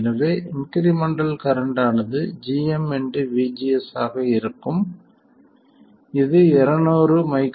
எனவே incremental current ஆனது gm vGS ஆக இருக்கும் இது 200 µS 1 V ஆகும்